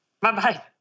Bye-bye